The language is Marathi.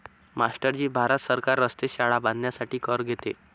मास्टर जी भारत सरकार रस्ते, शाळा बांधण्यासाठी कर घेते